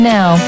Now